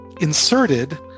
inserted